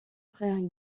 frère